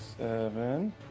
Seven